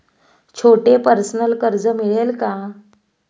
छोटे पर्सनल कर्ज मिळेल का?